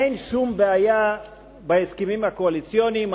אין שום בעיה בהסכמים הקואליציוניים.